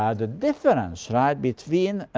ah the difference right between